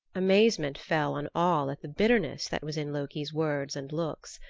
amazement fell on all at the bitterness that was in loki's words and looks.